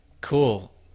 Cool